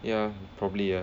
ya probably ya